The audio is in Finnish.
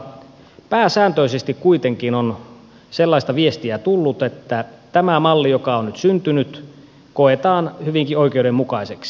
pääsääntöisesti kuitenkin on sellaista viestiä tullut että tämä malli joka on nyt syntynyt koetaan hyvinkin oikeudenmukaiseksi